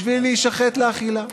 בשביל להישחט לאכילה,